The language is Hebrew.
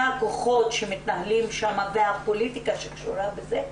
הכוחות שמתנהלים גם פוליטיקה שקשורה בזה,